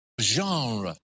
Genre